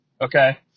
okay